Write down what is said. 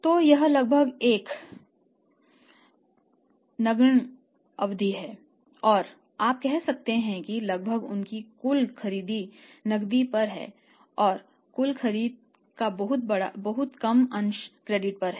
तो यह लगभग एक नगण्य अवधि है और आप कह सकते हैं कि लगभग उनकी कुल खरीद नकदी पर है और कुल खरीद का बहुत कम अंश क्रेडिट पर है